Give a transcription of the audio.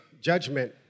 judgment